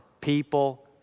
people